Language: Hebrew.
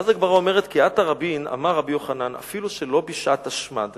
ואז הגמרא אומרת: "כי אתא רבין אמר רבי יוחנן" אפילו שלא בשעת השמד,